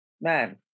man